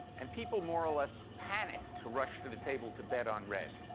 and people more or less panicked to rush to the table to bet on red,